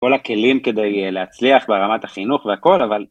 כל הכלים כדי להצליח ברמת החינוך והכל, אבל...